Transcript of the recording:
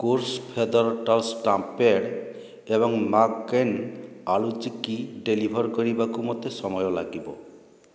course feather touch stamp pad ଏବଂ McCain aloo tikki deliver କରିବାକୁ ମୋତେ ସମୟ ଲାଗିବ